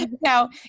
Now